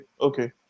okay